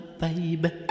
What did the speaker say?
baby